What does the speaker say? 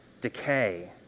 decay